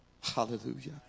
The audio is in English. Hallelujah